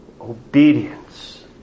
Obedience